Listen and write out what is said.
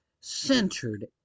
centered